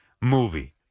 movie